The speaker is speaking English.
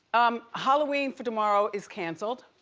um halloween for tomorrow is canceled.